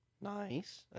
Nice